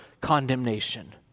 condemnation